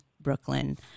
Brooklyn